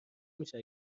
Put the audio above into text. میشه